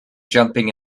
jumping